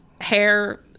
hair